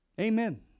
Amen